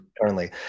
currently